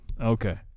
okay